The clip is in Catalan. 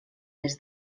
les